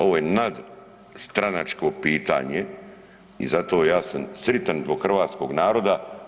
Ovo je nadstranačko pitanje i zato ja sam sretan zbog hrvatskog naroda.